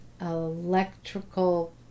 electrical